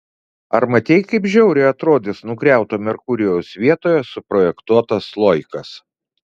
ar matei kaip žiauriai atrodys nugriauto merkurijaus vietoje suprojektuotas sloikas